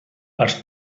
els